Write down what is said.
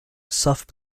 soft